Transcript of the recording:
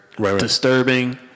disturbing